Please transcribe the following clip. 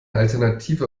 alternative